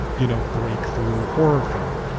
you know, breakthrough horror film.